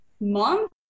month